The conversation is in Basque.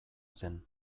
zen